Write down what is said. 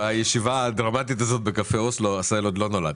אני בטוח שבישיבה הדרמטית הזאת בקפה אוסלו עשהאל עוד לא נולד.